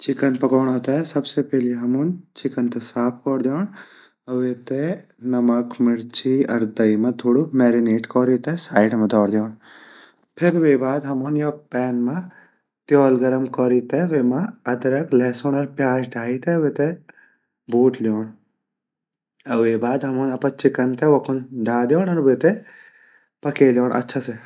चिकन पकोड़ो ते सबसे पहली हमुन चिकन ते साफ़ कौर दयोंड अर वेते नमक मिर्ची अर दही मा थोड़ा मैरीनेट कोरी ते वेते साइड मा धौर दयोंड फिर वेगा बाद हमुन योक पैन मा त्योल गरम कोरी ते अदरक लहसुन अर प्याज ढाई ते वेते भूट ल्योनड अर वेगा बाद हमुन अपा चिकन ते वख उन ढाल दयोंड अर वेते पके ल्योनड अच्छा से।